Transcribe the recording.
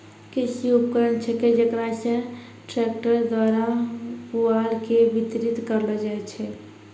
कृषि उपकरण छेकै जेकरा से ट्रक्टर द्वारा पुआल के बितरित करलो जाय छै